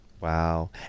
Wow